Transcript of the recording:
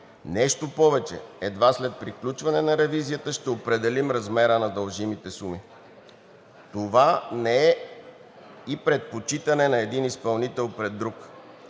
нещо повече, едва след приключване на ревизията ще определим размера на дължимите суми. Това не е и предпочитане на един изпълнител пред друг.